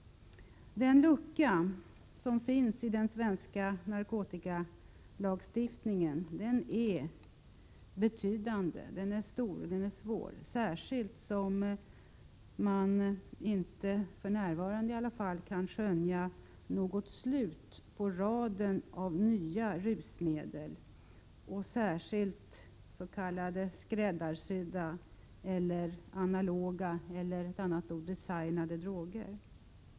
Den lucka som finns i den svenska narkotikalagstiftningen är betydande, den är stor, den är svår, särskilt som man, i varje fall inte för närvarande, kan skönja något slut på raden av nya rusmedel, särskilt s.k. skräddarsydda analoga droger eller — för att använda ett annat uttryck — designade droger.